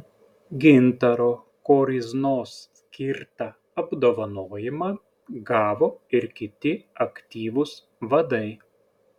gintaro koryznos skirtą apdovanojimą gavo ir kiti aktyvūs vadai